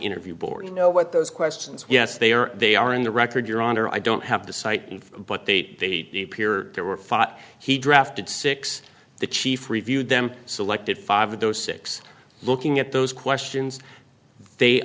interview board you know what those questions yes they are they are in the record your honor i don't have to cite but they may be pure they were fought he drafted six the chiefs reviewed them selected five of those six looking at those questions they